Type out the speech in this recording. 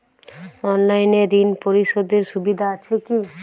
অনলাইনে ঋণ পরিশধের সুবিধা আছে কি?